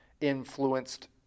influenced